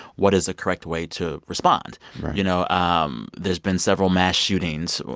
what is a correct way to respond? right you know, um there's been several mass shootings.